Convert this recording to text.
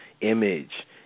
image